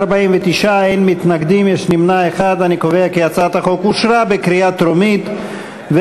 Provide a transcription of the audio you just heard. ההצעה להעביר את הצעת חוק שירותי הדת היהודיים (תיקון,